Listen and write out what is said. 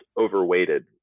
overweighted